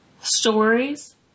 stories